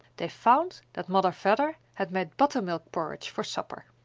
they found that mother vedder had made buttermilk porridge for supper.